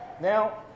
Now